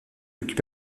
occupe